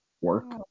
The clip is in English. work